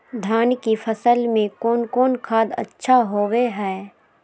धान की फ़सल में कौन कौन खाद अच्छा होबो हाय?